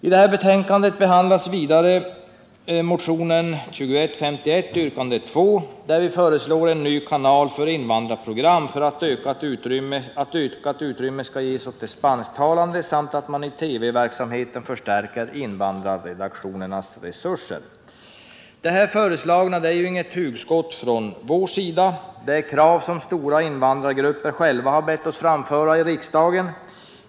I detta betänkande behandlas vidare motionen 2151, yrkande nr 2, där vi föreslår en ny kanal för invandrarprogram för att ge ökat utrymme åt spansktalande. Vi vill också att invandrarredaktionernas resurser förstärks. Vårt förslag är inget hugskott. Det är krav som stora invandrargrupper har bett oss ställa här i riksdagen.